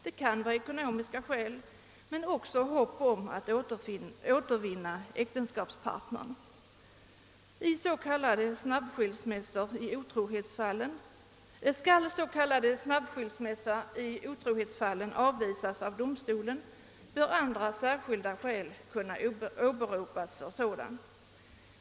Det kan vara ekonomiska skäl men också hopp om att återvinna äktenskapspartnern. Skall s.k. snabbskilsmässa i otrohetsfallen avvisas av domstolen bör andra särskilda skäl kunna åberopas. Herr talman!